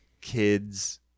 kids